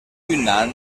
yunnan